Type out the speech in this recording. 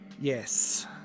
Yes